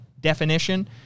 definition